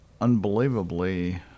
unbelievably